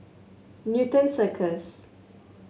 Newton Circus